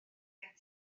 gen